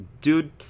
Dude